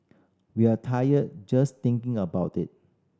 we're tired just thinking about it